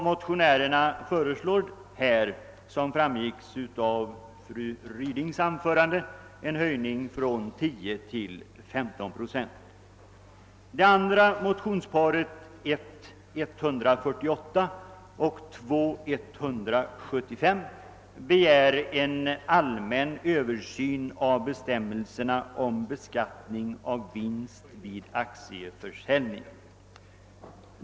Motionärerna önskar — som framgick av fru Rydings anförande — en höjning från 10 till 15 procent. I det andra motionsparet begärs en allmän översyn av bestämmelserna om beskattning av vinst vid aktieförsäljning.